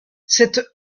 cette